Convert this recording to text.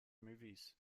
movies